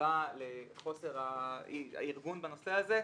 שהסיבה לחוסר הארגון בנושא הזה,